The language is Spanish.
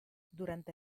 durante